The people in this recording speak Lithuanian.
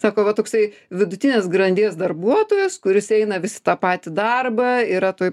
sako va toksai vidutinės grandies darbuotojas kuris eina vis tą patį darbą yra toj